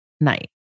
night